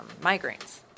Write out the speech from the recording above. migraines